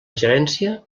gerència